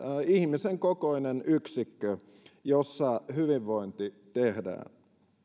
ihmisen kokoinen yksikkö jossa hyvinvointi tehdään